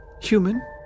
Human